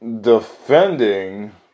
defending